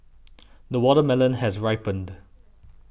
the watermelon has ripened